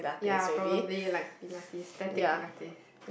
ya probably like pilates static pilates